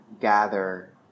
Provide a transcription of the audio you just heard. gather